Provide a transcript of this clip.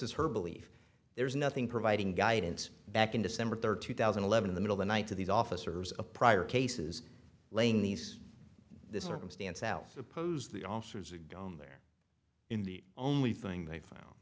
is her belief there's nothing providing guidance back in december third two thousand and eleven in the middle the night to the officers a prior cases laying these this circumstance out suppose the officers are gone there in the only thing they found